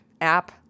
App